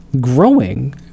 growing